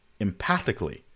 empathically